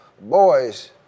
boys